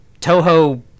Toho